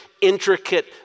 intricate